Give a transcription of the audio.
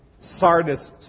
Sardis